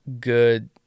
good